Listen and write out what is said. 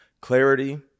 clarity